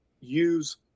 use